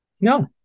No